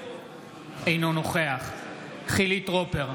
אינו נוכח חילי טרופר,